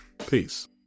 Peace